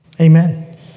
amen